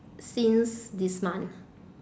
since this month